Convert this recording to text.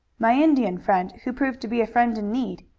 my indian friend, who proved to be a friend in need.